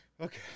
Okay